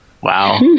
Wow